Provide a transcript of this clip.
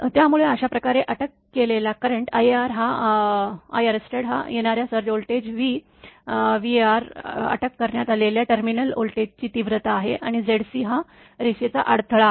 त्यामुळे अशा प्रकारे अटक केलेला करंट Iarहा येणाऱ्या सर्ज व्होल्टेज V Var अटक करण्यात आलेल्या टर्मिनल व्होल्टेजची तीव्रता आहे आणि Zc हा रेषेचा अडथळा आहे